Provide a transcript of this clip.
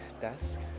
desk